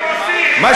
זה לא מה שעשית היום.